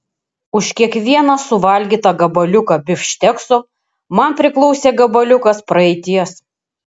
už kiekvieną suvalgytą gabaliuką bifštekso man priklausė gabaliukas praeities